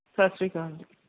ਸਤਿ ਸ਼੍ਰੀ ਅਕਾਲ ਜੀ